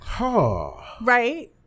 Right